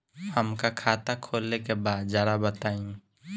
हमका खाता खोले के बा जरा बताई?